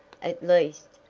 at least,